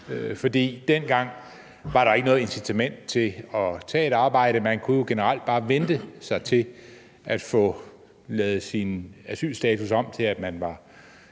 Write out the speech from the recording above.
der dengang ikke var noget incitament til at tage et arbejde. Man kunne generelt bare vente sig til at få lavet sin asylstatus om til, at man var